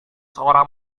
seorang